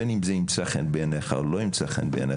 בין אם זה ימצא חן בעיניך או לא ימצא חן בעיניך,